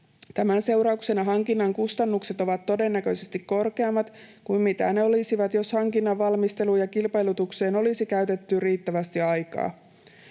Tämän seurauksena hankinnan kustannukset ovat todennäköisesti korkeammat kuin mitä ne olisivat, jos hankinnan valmisteluun ja kilpailutukseen olisi käytetty riittävästi aikaa.